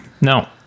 No